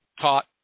taught